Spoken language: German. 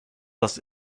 das